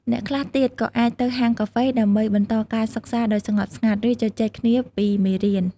អ្នកខ្លះទៀតក៏អាចទៅ ហាងកាហ្វេ ដើម្បីបន្តការសិក្សាដោយស្ងប់ស្ងាត់ ឬជជែកគ្នាពីមេរៀន។